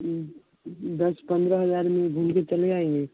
दस पंद्रह हज़ार में घूम कर चले आएँगे